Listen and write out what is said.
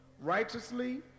righteously